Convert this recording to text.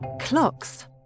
Clocks